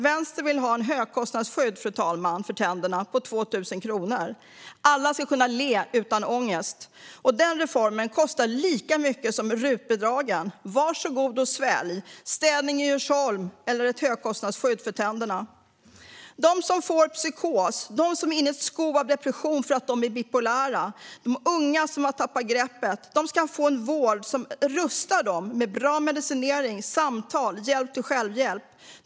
Vänstern vill ha ett högkostnadsskydd om 2 000 kronor för tänderna, fru talman. Alla ska kunna le utan att få ångest. Denna reform kostar lika mycket som RUT-bidragen. Var så god och svälj: städning i Djursholm eller ett högkostnadsskydd för tänderna? De som får psykos, de som är inne i ett skov av depression på grund av att de är bipolära och de unga som har tappat greppet ska få en vård som rustar dem med bra medicinering, samtal och hjälp till självhjälp.